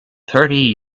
thirty